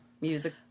music